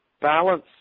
balance